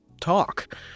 talk